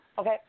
okay